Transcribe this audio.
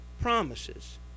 promises